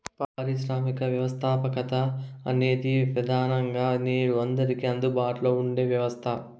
పారిశ్రామిక వ్యవస్థాపకత అనేది ప్రెదానంగా నేడు అందరికీ అందుబాటులో ఉన్న వ్యవస్థ